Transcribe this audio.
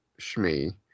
Shmi